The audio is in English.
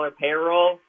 payroll